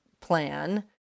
plan